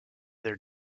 their